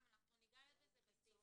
ניגע בזה בסעיפים.